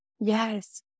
Yes